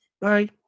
Bye